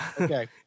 Okay